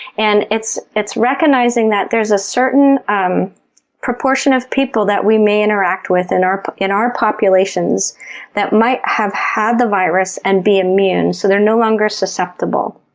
and it's it's recognizing that there's a certain um proportion of people that we may interact with in our in our populations that might have had the virus and be immune so they're no longer susceptible.